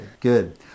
Good